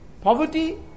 Poverty